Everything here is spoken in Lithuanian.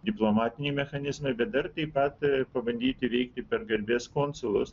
diplomatiniai mechanizmai bet dar taip pat pabandyti reikia per garbės konsulus